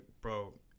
bro